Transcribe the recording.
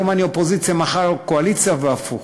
היום אני אופוזיציה, מחר קואליציה, והפוך.